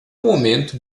momento